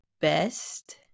best